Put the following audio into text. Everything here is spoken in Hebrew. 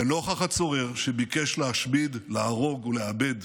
לנוכח הצורר שביקש להשמיד, להרוג ולאבד,